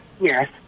Yes